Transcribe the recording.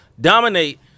Dominate